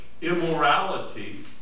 immorality